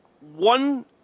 one